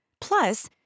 Plus